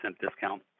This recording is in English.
discount